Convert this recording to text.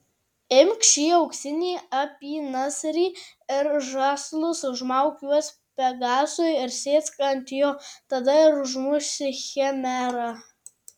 imk šį auksinį apynasrį ir žąslus užmauk juos pegasui ir sėsk ant jo tada ir užmuši chimerą